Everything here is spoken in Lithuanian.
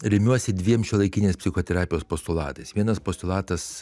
remiuosi dviem šiuolaikinės psichoterapijos postulatais vienas postulatas